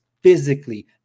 physically